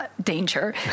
danger